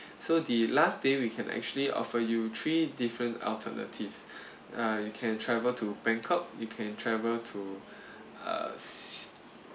so the last day we can actually offer you three different alternatives uh you can travel to bangkok you can travel to uh